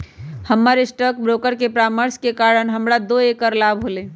हमर stock broker के परामर्श के कारण हमरा दो करोड़ के लाभ होलय